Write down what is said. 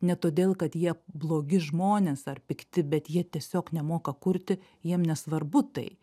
ne todėl kad jie blogi žmonės ar pikti bet jie tiesiog nemoka kurti jiem nesvarbu tai